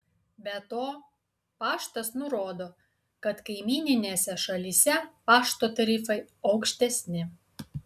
be to paštas nurodo kad kaimyninėse šalyse pašto tarifai aukštesni